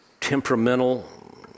temperamental